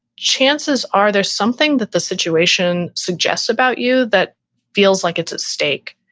chances are there's something that the situation suggests about you that feels like it's a stake.